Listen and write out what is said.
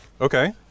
Okay